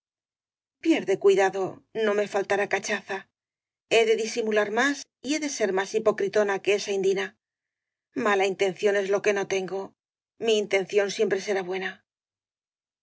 pierde cuidado no me faltará cachaza he de disimular más y he de ser más hipocritona que esa indina mala intención es lo que no tengo mi in tención siempre será buena